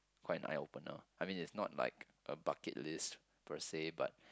quite an eye opener I mean it's not like a bucket list per se but